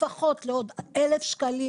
לפחות לעוד 1,000 שקלים,